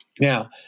Now